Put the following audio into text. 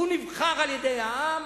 והוא נבחר על-ידי העם,